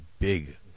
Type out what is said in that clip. big